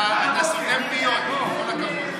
אתה סותם פיות, עם כל הכבוד לך.